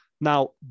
Now